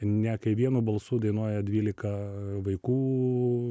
ne kai vienu balsu dainuoja dvylika vaikų